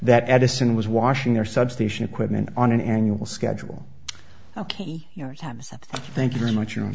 that edison was washing their substation equipment on an annual schedule oki thank you very much